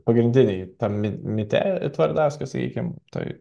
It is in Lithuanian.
pagrindinėj tame mite tvardauskas veikia toj